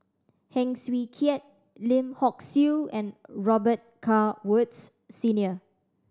Heng Swee Keat Lim Hock Siew and Robet Carr Woods Senior